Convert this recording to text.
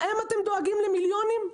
להם אתם דואגים למיליונים?